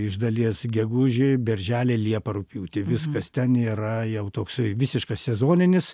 iš dalies gegužį birželį liepą rugpjūtį viskas ten yra jau toksai visiškas sezoninis